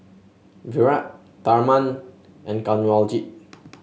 Virat Tharman and Kanwaljit